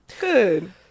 good